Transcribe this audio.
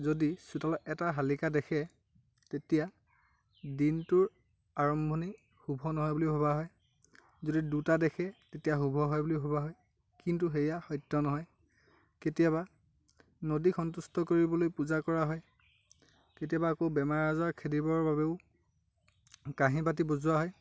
যদি চোতালত এটা শালিকা দেখে তেতিয়া দিনটোৰ আৰম্ভণি শুভ নহয় বুলি ভবা হয় যদি দুটা দেখে তেতিয়া শুভ হয় বুলি ভবা হয় কিন্তু সেয়া সত্য় নহয় কেতিয়াবা নদীক সন্তুষ্ট কৰিবলৈ পূজা কৰা হয় কেতিয়াবা আকৌ বেমাৰ আজাৰ খেদিবৰ বাবেও কাঁহী বাতি বজোৱা হয়